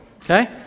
okay